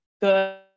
good